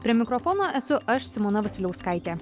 prie mikrofono esu aš simona vasiliauskaitė